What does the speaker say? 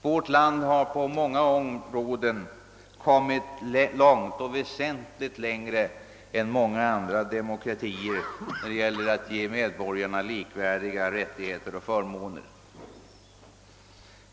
Vårt land har på många områden nått väsentligt längre än andra demokratier när det gäller att ge medborgarna likvärdiga rättigheter och förmåner.